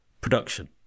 production